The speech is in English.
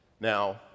Now